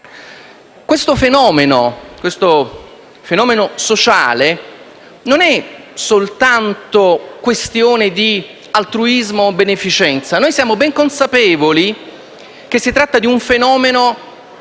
scopo di lucro. Questo fenomeno sociale non è soltanto questione di altruismo o beneficenza. Siamo ben consapevoli che si tratta di un fenomeno